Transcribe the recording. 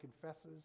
confesses